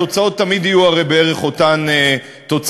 התוצאות תמיד יהיו הרי בערך אותן תוצאות,